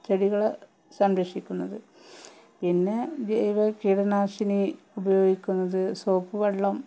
ചെടികൾ സംരക്ഷിക്കുന്നത് പിന്നെ ജൈവ കീടനാശിനി ഉപയോഗിക്കുന്നത് സോപ്പ് വെള്ളം